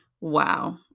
Wow